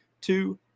two